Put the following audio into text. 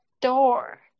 door